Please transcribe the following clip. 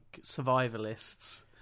survivalists